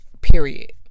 period